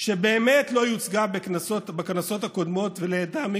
שבאמת לא יוצגה בכנסות הקודמות ולטעמי